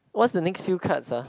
what's the next few cards ah